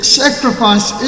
sacrifice